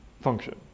function